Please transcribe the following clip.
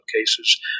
cases